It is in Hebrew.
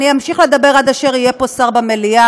אני אמשיך לדבר עד אשר יהיה פה שר במליאה,